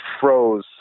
froze